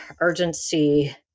urgency